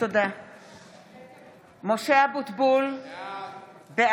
(קוראת בשמות חברי הכנסת) משה אבוטבול, בעד